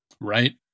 Right